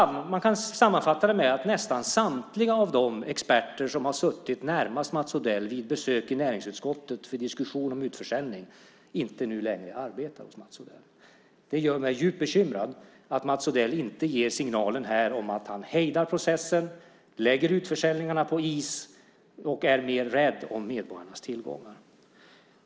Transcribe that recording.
Man kan sammanfatta det med att nästan ingen av de experter som har suttit närmast Odell vid besöken i näringsutskottet för diskussioner om utförsäljning längre arbetar med Mats Odell. Det gör mig djupt bekymrad att Mats Odell inte här ger signalen om att han hejdar processen, lägger utförsäljningarna på is och är mer rädd om medborgarnas tillgångar.